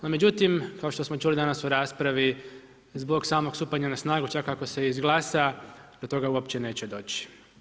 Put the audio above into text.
No međutim, kao što smo čuli danas u raspravi zbog samog stupanja na snagu čak i ako se izglasa do toga uopće neće doći.